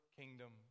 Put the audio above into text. kingdom